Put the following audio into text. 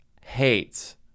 hates